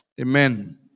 Amen